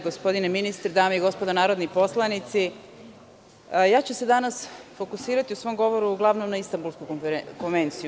Gospodine ministre, dame i gospodo narodni poslanici, danas ću se fokusirati u svom govoru uglavnom na Istanbulsku konvenciju.